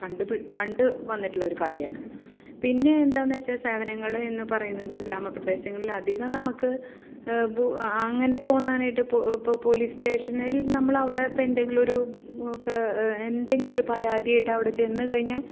കണ്ട് പൊ കണ്ട് വന്നിട്ടുള്ളൊരു കാര്യമാണ് പിന്നെ എന്താണെന്നു വെച്ചാൽ സേവനങ്ങൾ എന്നു പറയുന്നത് ഗ്രാമ പ്രദേശങ്ങളിൽ അധികം നമുക്ക് അങ്ങനെ തോന്നാനായിട്ട് ഇപ്പോൾ ഇപ്പോൾ പോലീസ് സ്റ്റേഷനിൽ നമ്മളവിടെ ഇപ്പം എന്തെങ്കിലുമൊരു ക്ക് എന്തെങ്കിലുമൊരു പരാതിയായിട്ട് അവിടെ ചെന്നു കഴിഞ്ഞാൽ